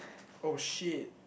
oh shit